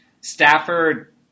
Stafford